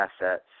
assets